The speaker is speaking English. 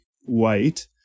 white